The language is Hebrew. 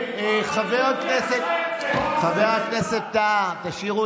חבר הכנסת ווליד טאהא.